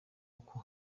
uko